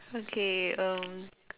okay um